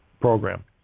program